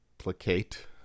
duplicate